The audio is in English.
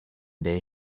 they